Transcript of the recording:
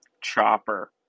Chopper